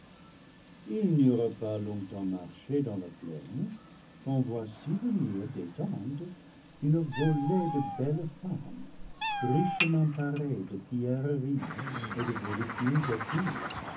ils n'eurent pas longtemps marché dans la plaine quand voici venir des tentes une volée de belles femmes richement parées de pierreries et de voluptueux atours